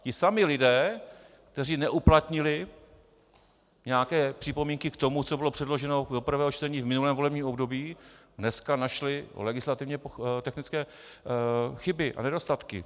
Ti samí lidé, kteří neuplatnili nějaké připomínky k tomu, co bylo předloženo do prvého čtení v minulém volebním období, dneska našli legislativně technické chyby a nedostatky.